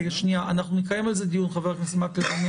אנחנו נקיים על זה דיון, חבר הכנסת מקלב.